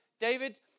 David